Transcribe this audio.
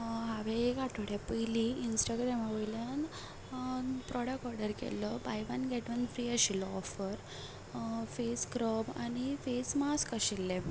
हांवें एक आटवड्या पयलीं इंस्टाग्रामा वयल्यान प्रोडक्ट ऑर्डर केल्लो buy one get one free आशिल्लो ऑफर फेस स्क्रब आनी फॅस मास्क आशिल्लें